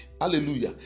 Hallelujah